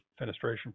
fenestration